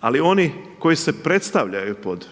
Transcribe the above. Ali oni koji se predstavljaju pod